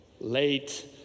late